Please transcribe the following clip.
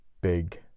big